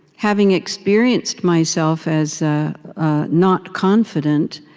having experienced myself as not confident